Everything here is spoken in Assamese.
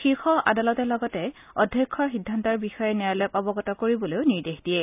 শীৰ্ষ আদালতে লগতে অধ্যক্ষৰ সিদ্ধান্তৰ বিষয়ে ন্যায়ালয়ক অৱগত কৰিবলৈ নিৰ্দেশ দিয়ে